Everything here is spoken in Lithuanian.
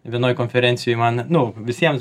vienoj konferencijoj man nu visiems